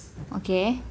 okay